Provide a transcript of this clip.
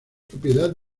propiedad